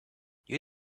you